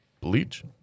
Bleach